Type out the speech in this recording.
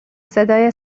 صدای